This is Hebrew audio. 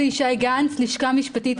אני מהלשכה המשפטית,